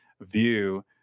view